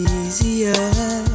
easier